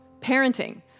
parenting